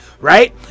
right